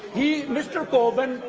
he mr corbyn